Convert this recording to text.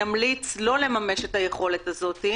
אנחנו נמליץ לא לממש את היכולת הזאת,